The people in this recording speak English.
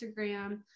Instagram